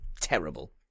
terrible